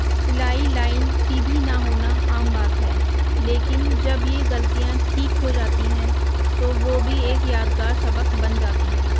سلائی لائن سیدھی نہ ہونا عام بات ہے لیکن جب یہ غلطیاں ٹھیک ہو جاتی ہیں تو وہ بھی ایک یادگار سبق بن جاتی ہیں